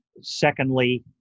secondly